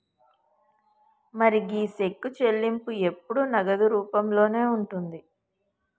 మరి గీ సెక్కు చెల్లింపు ఎప్పుడు నగదు రూపంలోనే ఉంటుంది